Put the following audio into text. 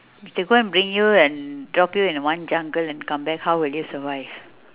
they go and bring you and drop you in one jungle and come back how will you survive